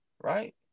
right